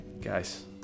guys